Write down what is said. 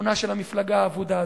מכיוונה של המפלגה האבודה הזאת.